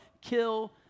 Kill